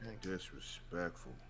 disrespectful